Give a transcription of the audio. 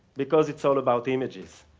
because it's all about images.